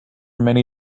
many